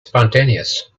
spontaneous